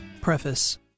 Preface